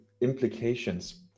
implications